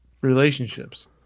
relationships